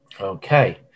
Okay